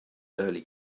early